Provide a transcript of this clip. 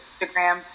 Instagram